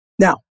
Now